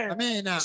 Amen